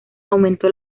aumentó